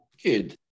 Good